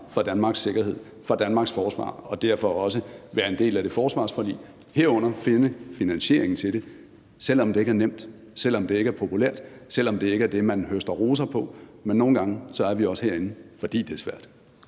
for Danmarks sikkerhed, for Danmarks forsvar, og de derfor også vil være en del af det forsvarsforlig, herunder finde finansieringen til det, selv om det ikke er nemt, selv om det ikke er populært, selv om det ikke er det, man høster roser på. Men nogle gange er vi også herinde, fordi det er svært.